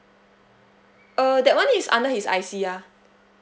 err that one is under his I_C ya